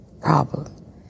problem